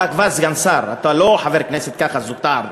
אתה כבר סגן שר, ולא חבר כנסת זוטר.